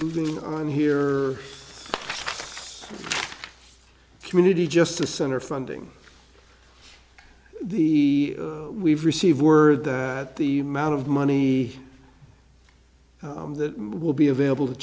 living on here community justice center funding the we've received word that the mount of money that will be available to